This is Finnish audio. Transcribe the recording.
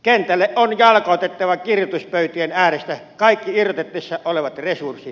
kentälle on jalkautettava kirjoituspöytien äärestä kaikki irrotettavissa olevat resurssit